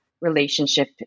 relationship